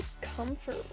comfort